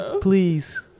please